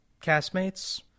castmates